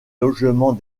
logements